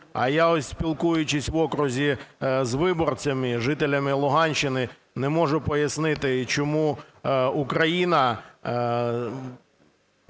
А я ось, спілкуючись в окрузі з виборцями, жителями Луганщини, не можу пояснити, чому Україна